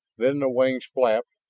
then the wings flapped,